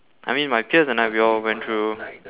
I mean my peers and I we all went through